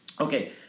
Okay